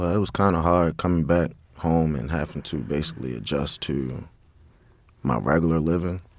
ah it was kind of hard coming back home and having to basically adjust to my regular living,